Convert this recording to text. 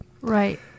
Right